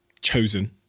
chosen